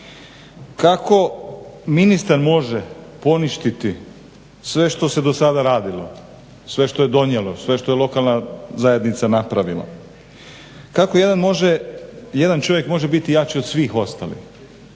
kako ministar može poništiti sve što se dosada radilo, sve što je donijelo, sve što je lokalna zajednica napravila? Kako jedan čovjek može biti jači od svih ostalih?